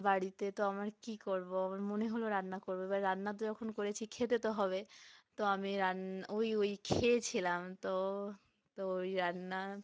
বাড়িতে তো আমার কী করব আমার মনে হলো রান্না করব এবার রান্না তো যখন করেছি খেতে তো হবে তো আমি ওই ওই খেয়েছিলাম তো তো ওই রান্না